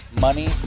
money